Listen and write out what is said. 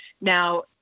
Now